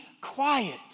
quiet